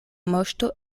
moŝto